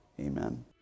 Amen